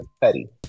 petty